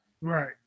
right